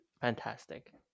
fantastic